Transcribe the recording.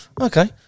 Okay